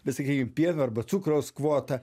bet sakykim pieno arba cukraus kvotą